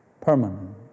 permanent